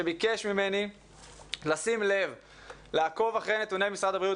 שביקש ממני לעקוב אחרי נתוני משרד הבריאות